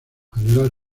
general